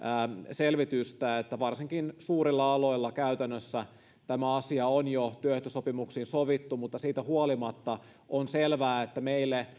selvitystä että varsinkin suurilla aloilla käytännössä tämä asia on jo työehtosopimuksiin sovittu mutta siitä huolimatta on selvää että meille